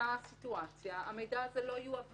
שבאותה סיטואציה המידע הזה לא יועבר,